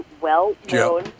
well-known